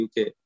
UK